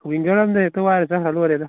ꯋꯤꯡꯒꯔ ꯑꯃ ꯍꯦꯛꯇ ꯋꯥꯏꯔꯒ ꯆꯠꯈ꯭ꯔ ꯂꯣꯏꯔꯦꯗ